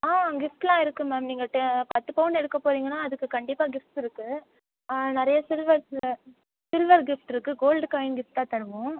ஆ கிஃப்ட்லாம் இருக்கு மேம் நீங்கள் ட பத்து பவுன் எடுக்க போகிறீங்கன்னா அதுக்கு கண்டிப்பாக கிஃப்ட்ஸ் இருக்கு நிறைய சில்வர்ஸில் சில்வர் கிஃப்ட் இருக்கு கோல்டு காயின் கிஃப்ட்டாக தருவோம்